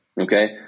Okay